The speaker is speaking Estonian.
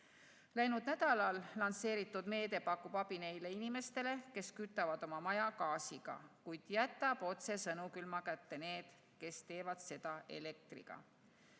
Läinud nädalal lansseeritud meede pakub abi neile inimestele, kes kütavad oma maja gaasiga, kuid jätab otsesõnu külma kätte need, kes teevad seda elektriga.